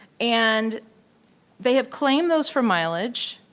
and they have claimed those for mileage.